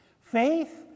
Faith